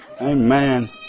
Amen